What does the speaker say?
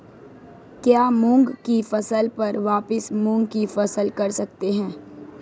क्या मूंग की फसल पर वापिस मूंग की फसल कर सकते हैं?